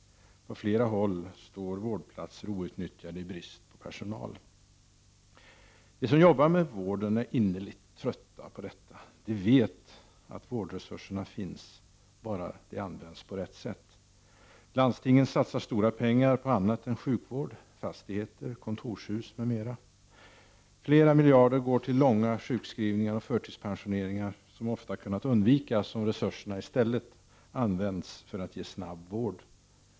På flera håll står vårdplatser outnyttjade i brist på personal. De som jobbar med vården är innerligt trötta på detta. De vet att vårdresurserna finns, bara de används på rätt sätt. Landstingen satsar stora pengar på annat än sjukvård: fastigheter, kontorshus m.m. Flera miljarder går till långa sjukskrivningar och förtidspensioneringar som ofta kunnat undvikas om resurserna i stället används för att ge snabb vård.